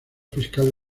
fiscal